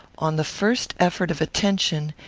on the first effort of attention,